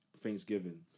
Thanksgiving